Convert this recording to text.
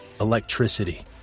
Electricity